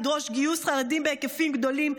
ידרוש גיוס חרדים בהיקפים גדולים,